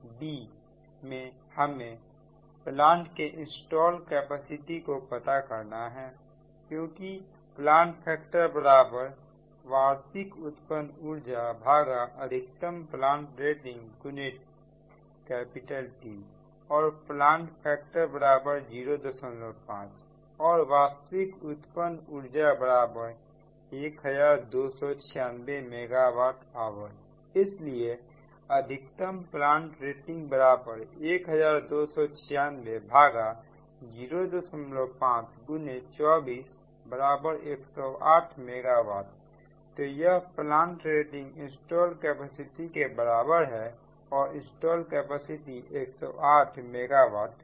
b मे हमें plant के इंस्टॉल कैपेसिटी को पता करना है क्योंकि प्लांट फैक्टर वार्षिक उत्पन्न ऊर्जाअधिकतम प्लांट रेटिंग xT और प्लांट फैक्टर05 और वास्तविक उत्पन्न ऊर्जा 1296 मेगा वाट आवर इसलिए अधिकतम प्लांट रेटिंग129605 x24108 मेगा वाटतो यह प्लांट रेटिंग इंस्टॉल्ड कैपेसिटी के बराबर है और इंस्टॉल्ड कैपेसिटी 108 मेगा वाट है